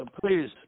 please